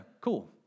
cool